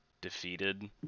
defeated